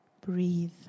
breathe